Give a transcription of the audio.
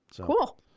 Cool